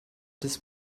des